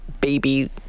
baby